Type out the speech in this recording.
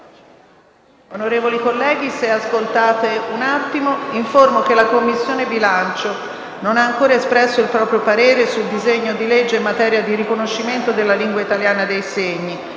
Onorevoli colleghi, informo che la Commissione bilancio non ha ancora espresso il proprio parere sul disegno di legge in materia di riconoscimento della lingua italiana dei segni